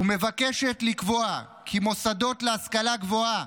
ומבקשת לקבוע כי מוסדות להשכלה גבוהה,